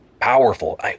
powerful